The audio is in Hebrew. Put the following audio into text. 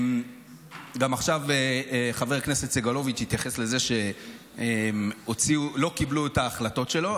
עכשיו גם חבר הכנסת סגלוביץ' התייחס לזה שלא קיבלו את ההחלטות שלו.